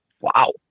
Wow